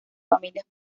familias